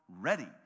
ready